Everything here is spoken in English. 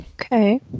Okay